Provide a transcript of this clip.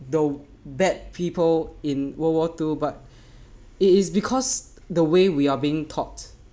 the bad people in world war two but it is because the way we are being taught